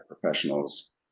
professionals